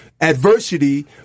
adversity